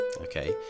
okay